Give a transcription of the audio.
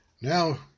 Now